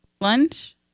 Lunch